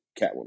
catwoman